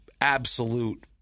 absolute